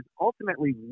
ultimately